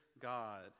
God